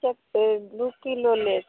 कतेक दुइ किलो लेब